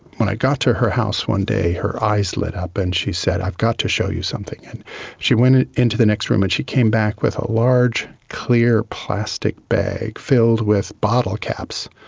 when i got to her house one day her eyes lit up and she said, i've got to show you something and she went into the next room and she came back with a large clear plastic bag filled with bottle caps,